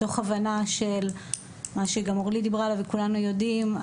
מתוך הבנה של מה שגם אורלי דיברה עליו וכולנו יודעים,